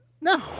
No